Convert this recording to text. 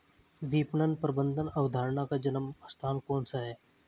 विपणन प्रबंध अवधारणा का जन्म स्थान कौन सा है?